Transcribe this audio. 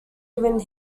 even